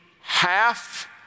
half